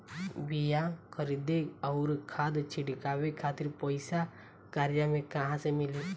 बीया खरीदे आउर खाद छिटवावे खातिर पईसा कर्जा मे कहाँसे मिली?